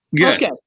Okay